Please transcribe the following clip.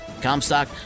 Comstock